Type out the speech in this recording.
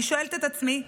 אני שואלת את עצמי,